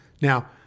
Now